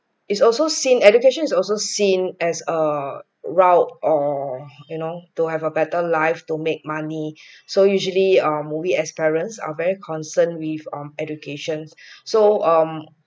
it's also seen education is also seen as a route or you know to have a better life to make money so usually um we as parents are very concerned with um educations so um